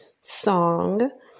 song